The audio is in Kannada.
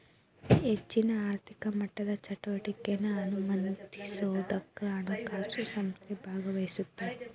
ಹೆಚ್ಚಿನ ಆರ್ಥಿಕ ಮಟ್ಟದ ಚಟುವಟಿಕೆನಾ ಅನುಮತಿಸೋದಕ್ಕ ಹಣಕಾಸು ಸಂಸ್ಥೆ ಭಾಗವಹಿಸತ್ತ